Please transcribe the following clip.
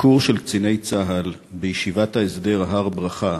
בביקור של קציני צה"ל בישיבת ההסדר הר-ברכה,